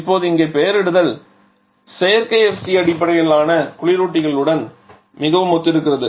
இப்போது இங்கே பெயரிடுதல் செயற்கை FC அடிப்படையிலான குளிரூட்டிகளுடன் மிகவும் ஒத்திருக்கிறது